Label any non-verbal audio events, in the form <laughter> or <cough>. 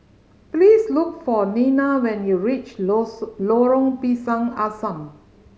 please look for Nena when you reach <unintelligible> Lorong Pisang Asam